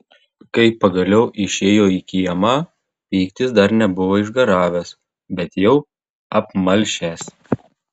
kai pagaliau išėjo į kiemą pyktis dar nebuvo išgaravęs bet jau apmalšęs